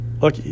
look